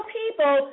people